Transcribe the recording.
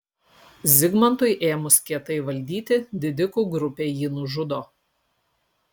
zigmantui ėmus kietai valdyti didikų grupė jį nužudo